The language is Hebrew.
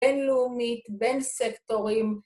‫בין-לאומית, בין-סקטורים.